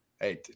Hey